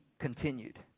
continued